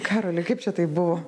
karoli kaip čia taip buvo